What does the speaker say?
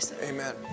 Amen